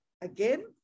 again